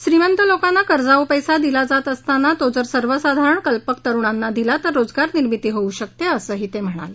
श्रीमंत लोकांना कर्जाऊ पैसा दिला जात असताना तो जर सर्वसाधारण कल्पक तरुणांना दिला तर रोजगार निर्मिती होऊ शकते असंही ते म्हणाले